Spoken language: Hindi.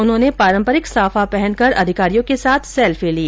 उन्होंने पारम्परिक साफा पहनकर अधिकारियों के साथ सेल्फी ली